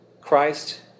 Christ